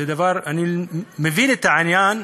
אני מבין את העניין,